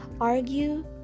Argue